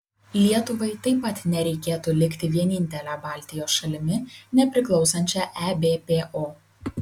lietuvai taip pat nereikėtų likti vienintele baltijos šalimi nepriklausančia ebpo